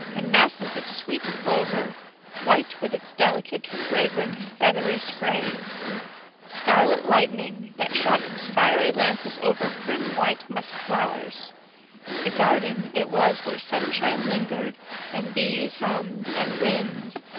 and masses of sweet clover white with its delicate, fragrant, feathery sprays scarlet lightning that shot its fiery lances over prim white musk-flowers a garden it was where sunshine lingered and bees hummed, and winds,